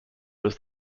was